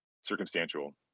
circumstantial